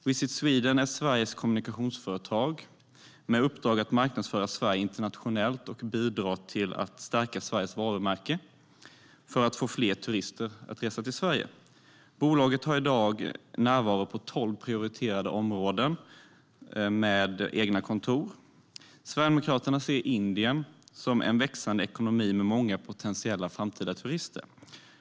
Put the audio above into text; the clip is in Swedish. Visit Sweden är Sveriges kommunikationsföretag med uppdrag att marknadsföra Sverige internationellt och bidra till att stärka Sveriges varumärke för att få fler turister att resa hit. Bolaget har i dag närvaro på tolv prioriterade marknader med egna kontor. Sverigedemokraterna ser Indien som en växande ekonomi med många potentiella framtida turister.